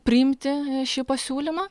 priimti šį pasiūlymą